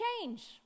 change